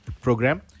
program